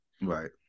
right